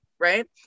right